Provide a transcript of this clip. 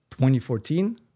2014